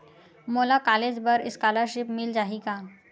मोला कॉलेज बर स्कालर्शिप मिल जाही का?